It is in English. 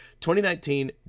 2019